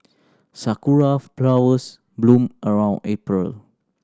sakura flowers bloom around April